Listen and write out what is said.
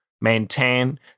maintain